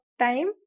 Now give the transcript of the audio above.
time